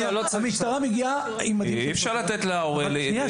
המשטרה מגיעה עם מדים --- אי אפשר לתת להורה --- שנייה,